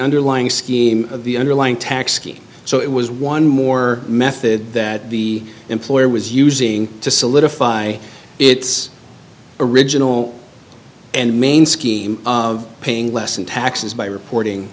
underlying scheme of the underlying tax scheme so it was one more method that the employer was using to solidify its original and main scheme of paying less in taxes by reporting